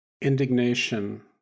indignation